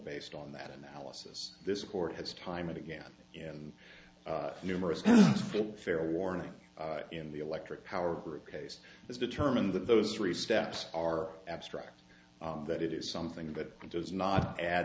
based on that analysis this court has time and again and numerous fairly warning in the electric power grid case is determined that those three steps are abstract that it is something that does not add